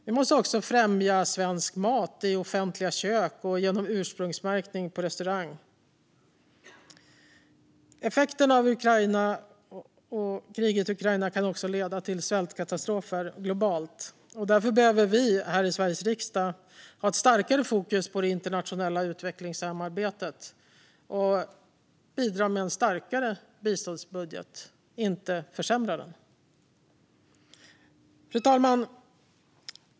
Vi måste också främja svensk mat i offentliga kök och genom ursprungsmärkning på restaurang. Effekterna av kriget i Ukraina kan leda till svältkatastrofer globalt. Därför behöver vi här i Sveriges riksdag ha ett starkare fokus på det internationella utvecklingssamarbetet och bidra med en starkare biståndsbudget - inte försämra den. Fru talman!